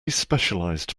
specialized